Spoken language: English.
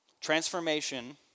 Transformation